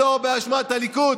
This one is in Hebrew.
לא באשמת הליכוד.